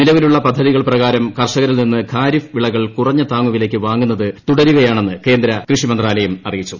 നിലവിലുള്ള പദ്ധതികൾ പ്രകാരം കർഷകരിൽ നിന്ന് ഖാരിഫ് വിളകൾ മിനിമം താങ്ങുവിലയ്ക്ക് വാങ്ങുന്നത് തുടരുകയാണെന്ന് കേന്ദ്ര കൃഷി മന്ത്രാലയം അറിയിച്ചു